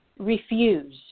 Refuse